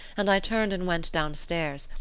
and i turned and went down stairs,